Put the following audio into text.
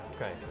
Okay